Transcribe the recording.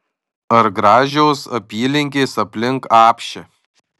ar gražios apylinkės aplink apšę